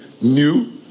new